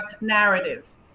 narrative